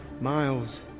Miles